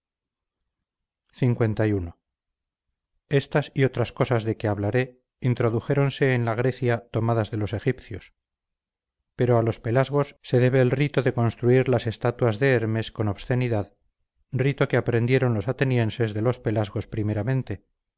culto li estas y otras cosas de que hablaré introdujéronse en la grecia tomadas de los egipcios pero a los pelasgos se debe el rito de construir las estatuas de hermes con obscenidad rito que aprendieron los atenienses de los pelasgos primeramente